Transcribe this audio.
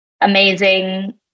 amazing